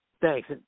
Thanks